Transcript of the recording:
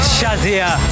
Shazia